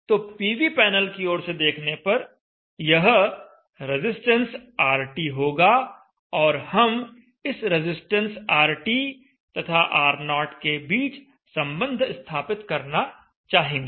तो PV panel की ओर से देखने पर यह रजिस्टेंस RT होगा और हम इस रजिस्टेंस RT तथा R0 के बीच संबंध स्थापित करना चाहेंगे